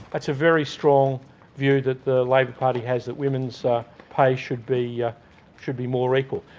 that's a very strong view that the labor party has, that women's pay should be yeah should be more equal.